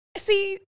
See